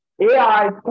AI